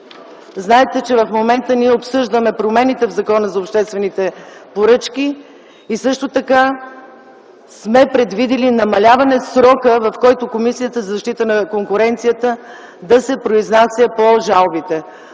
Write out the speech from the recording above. Знаете, че в момента обсъждаме промените в Закона за обществените поръчки и сме предвидили намаляване на срока, в който Комисията за защита на конкуренцията ще се произнася по жалбите